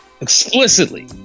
explicitly